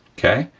okay?